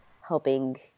helping